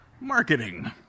marketing